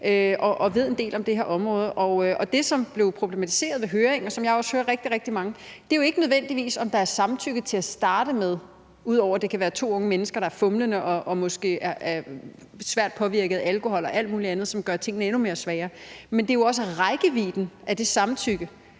og ved en del om det her område. Det, som blev problematiseret ved høringer, som jeg også hørte rigtig, rigtig mange sige, er jo nødvendigvis ikke, om der er samtykke til at starte med, ud over at det kan være to unge mennesker, der er fumlende og måske er svært påvirket af alkohol og alt muligt andet, som gør tingene endnu mere svære, men det er også rækkevidden af det samtykke: